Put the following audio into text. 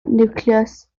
niwclews